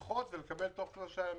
ללחוץ ולקבל את המענקים תוך שלושה ימים.